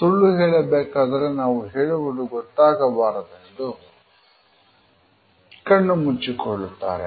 ಸುಳ್ಳು ಹೇಳಬೇಕಾದರೆ ನಾವು ಹೇಳುವುದು ಗೊತ್ತಾಗಬಾರದೆಂದು ಕಣ್ಣು ಮುಚ್ಚಿಕೊಳ್ಳುತ್ತಾರೆ